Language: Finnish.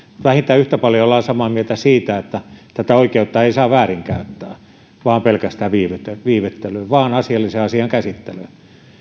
vähintään yhtä paljon olemme samaa mieltä siitä että tätä oikeutta ei saa väärinkäyttää pelkästään viivyttelyyn vaan sitä on käytettävä asialliseen asian käsittelyyn